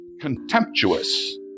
contemptuous